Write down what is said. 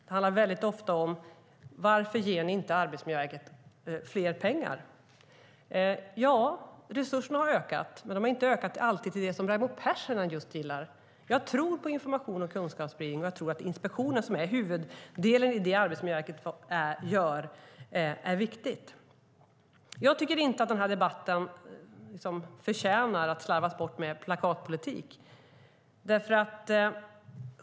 Det handlar väldigt ofta om: Varför ger ni inte Arbetsmiljöverket mer pengar? Ja, resurserna har ökat, men de har inte alltid ökat till det som just Raimo Pärssinen gillar. Jag tror på information och kunskapsspridning. Och jag tror att inspektionen, som är huvuddelen i det Arbetsmiljöverket gör, är viktig. Jag tycker inte att den här debatten förtjänar att slarvas bort med plakatpolitik.